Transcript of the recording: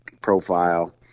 profile